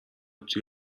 توی